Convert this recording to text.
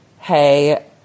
Hey